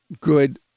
good